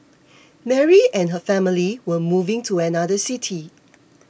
Mary and her family were moving to another city